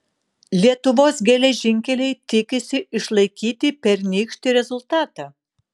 lietuvos geležinkeliai tikisi išlaikyti pernykštį rezultatą